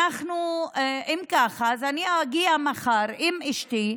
אם ככה, אז אני אגיע מחר עם אשתי,